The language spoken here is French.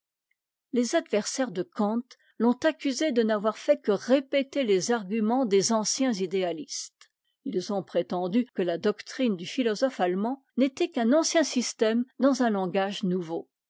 les adversaires de kant font accusé de n'avoir fait que répéter les arguments des anciens idéalistes ils ont prétendu que la doctrine du philosophe allemand n'était qu'un ancien système dans un langage nouveau